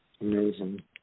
Amazing